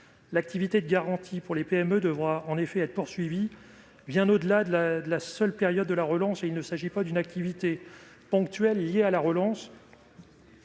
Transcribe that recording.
L'activité de garantie pour les PME devra en effet être poursuivie bien au-delà de la seule période de la relance, car il ne s'agit pas d'une activité ponctuelle liée à cet